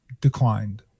declined